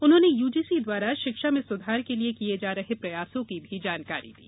उन्होंने यूजीसी द्वारा शिक्षा में सुधार के लिये किये जा रहे प्रयासों की भी जानकारी दी